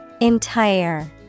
Entire